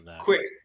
quick